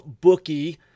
bookie